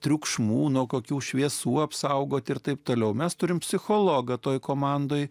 triukšmų nuo kokių šviesų apsaugoti ir taip toliau mes turime psichologą toje komandoje